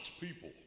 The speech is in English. people